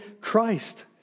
Christ